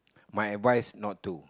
my advice not to